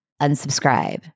unsubscribe